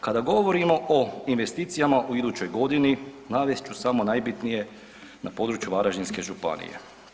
Kada govorimo o investicijama u idućoj godini navest ću samo najbitnije na području Varaždinske županije.